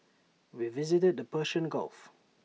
we visited the Persian gulf